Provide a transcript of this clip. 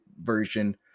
version